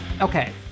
Okay